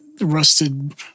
rusted